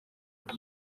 nda